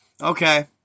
Okay